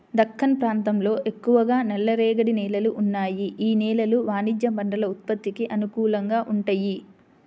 దక్కన్ ప్రాంతంలో ఎక్కువగా నల్లరేగడి నేలలు ఉన్నాయి, యీ నేలలు వాణిజ్య పంటల ఉత్పత్తికి అనుకూలంగా వుంటయ్యి